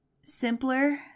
simpler